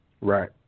Right